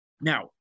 Now